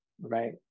right